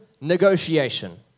negotiation